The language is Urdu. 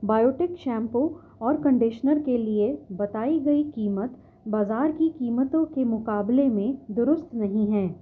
بایوٹک شیمپو اور کنڈیشنر کے لیے بتائی گئی قیمت بازار کی قیمتوں کے مقابلے میں درست نہیں ہے